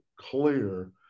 clear